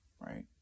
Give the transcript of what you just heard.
Right